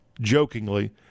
jokingly